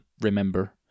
remember